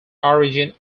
origin